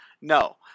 No